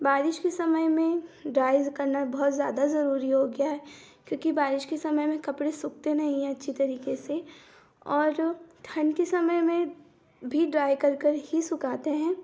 बारिश के समय में ड्राई करना बहुत ज्यादा जरूरी हो गया है क्योंकि बारिश के समय में कपड़े सूखते नहीं हैं अच्छी तरीके से और फिर ठंड के समय में भी ड्राई कर कर ही सुखाते हैं